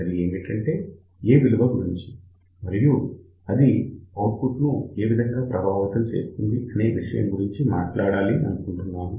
అది ఏమిటంటే A విలువ గురించి మరియు అది ఔట్పుట్ ను ఏ విధముప్రభావితం చేస్తుంది అనే విషయం గురించి మాట్లాడాలని అనుకుంటున్నాను